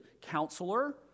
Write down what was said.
counselor